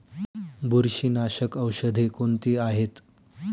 बुरशीनाशक औषधे कोणती आहेत?